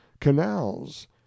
canals